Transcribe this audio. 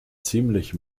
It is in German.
ziemlich